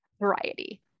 variety